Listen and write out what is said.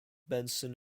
benson